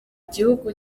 gihugu